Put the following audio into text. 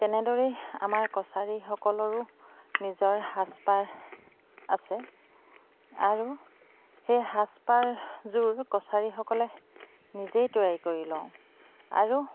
তেনেদৰেই আমাৰ কছাৰীসকলৰো নিজৰ সাজপাৰ আছে আৰু সেই সাজপাৰযোৰ কছাৰীসকলে নিজেই তৈয়াৰী কৰি লওঁ আৰু